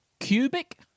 Cubic